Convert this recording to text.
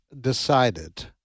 decided